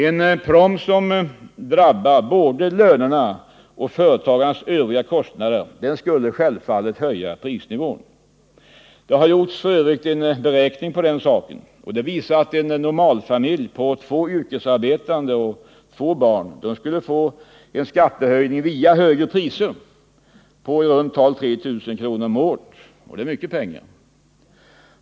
En proms som drabbar både lönerna och företagens övriga kostnader skulle självfallet höja prisnivån. Det har för övrigt gjorts en beräkning på den saken. Den visar att en normalfamilj på två yrkesarbetande och två barn skulle få en skattehöjning via högre priser på i runt tal 3 000 kr. om året och det är mycket pengar.